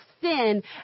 sin